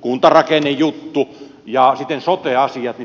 kuntarakennejuttu ja sitten sote asiat